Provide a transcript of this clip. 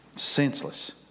senseless